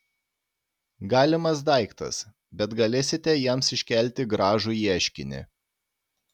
galimas daiktas bet galėsite jiems iškelti gražų ieškinį